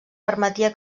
permetia